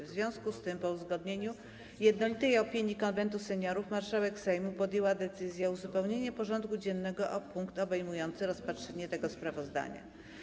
W związku z tym, po uzyskaniu jednolitej opinii Konwentu Seniorów, marszałek Sejmu podjęła decyzję o uzupełnieniu porządku dziennego o punkt obejmujący rozpatrzenie tego sprawozdania.